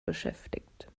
beschäftigt